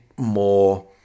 more